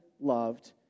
loved